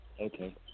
okay